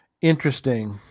Interesting